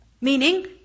meaning